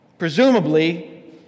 Presumably